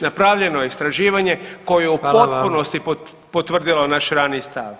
Napravljeno je istraživanje koje je u potpunosti [[Upadica: Hvala vam.]] potvrdili naš raniji stav.